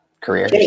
career